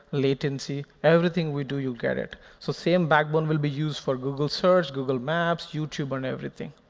latency. everything we do, you get it. so same backbone will be used for google search, google maps, youtube, and everything.